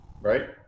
right